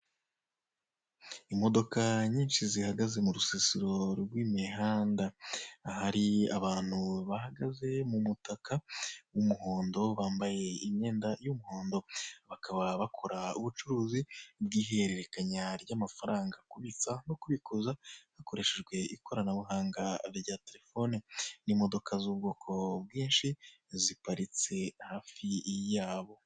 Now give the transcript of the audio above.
Imodoka nyinshi zihagaze mu rusisiro rw'imihanda. Ahari abantu bahagaze mu mutaka w'umuhondo bambaye imyenda y'umuhondo, bakaba bakora ubucuruzi bw'ihererekanya ry'amafaranga kubitsa no kubikuza hakoreshejwe ikoranabuhanga rya terefone n'imodoka z'ubwoko bwinshi ziparitse hafi yabo.